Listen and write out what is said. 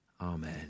amen